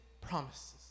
promises